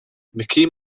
mckean